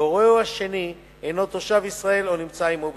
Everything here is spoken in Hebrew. והורהו השני אינו תושב ישראל אך נמצא עמו בישראל.